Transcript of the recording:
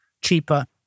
cheaper